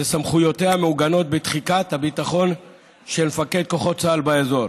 שסמכויותיה מעוגנות בתחיקת הביטחון של מפקד כוחות צה"ל באזור.